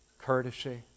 courtesy